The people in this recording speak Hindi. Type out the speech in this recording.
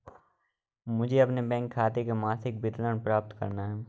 मुझे अपने बैंक खाते का मासिक विवरण प्राप्त करना है?